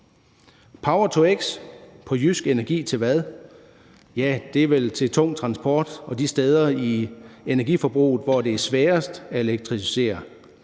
Power-to-x – på jysk: energi til hvad? – er vel til tung transport og de steder i energiforbruget, hvor det er sværest at elektrificere.